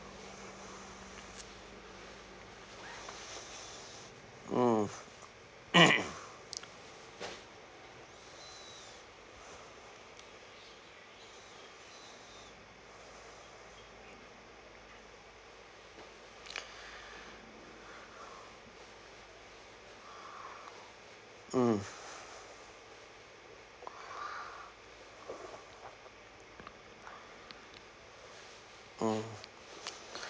mm mm mm